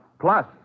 plus